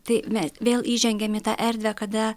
tai mes vėl įžengėm į tą erdvę kada